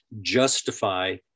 justify